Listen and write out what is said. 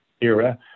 era